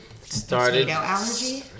Started